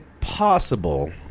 possible